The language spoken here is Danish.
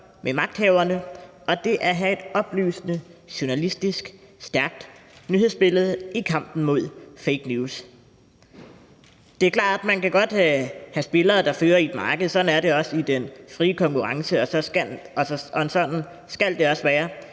med magthaverne, og det at have et oplysende, journalistisk stærkt nyhedsbillede i kampen mod fake news. Det er klart, at man godt kan have spillere, der fører i et marked. Sådan er det i den frie konkurrence, og sådan skal det også være.